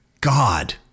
God